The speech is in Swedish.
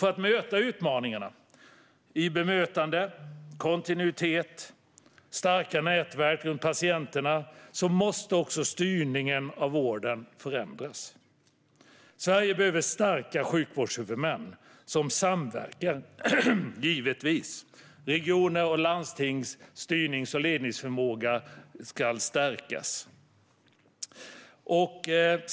För att möta utmaningarna gällande bemötande, kontinuitet och starka nätverk runt patienterna måste styrningen av vården förändras. Sverige behöver givetvis starka sjukvårdshuvudmän som samverkar. Regioners och landstings styrnings och ledningsförmåga ska stärkas.